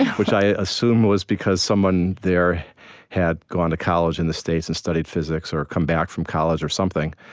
which i assume was because someone there had gone to college in the states and studied physics, or had come back from college, or something.